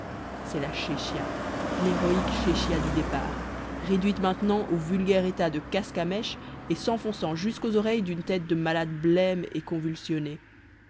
c'est la chéchia l'héroïque chéchia du départ réduite maintenant au vulgaire état de casque à mèche et s'enfonçant jusqu'aux oreilles d'une tête de malade blême et convulsionnée